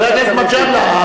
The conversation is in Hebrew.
חבר הכנסת מג'אדלה,